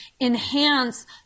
enhance